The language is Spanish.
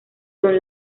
son